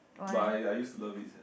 but I I use to love it siah